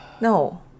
No